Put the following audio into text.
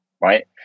right